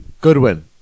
Goodwin